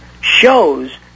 shows